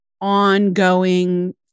ongoing